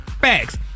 facts